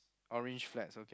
orange flats okay